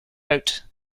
remote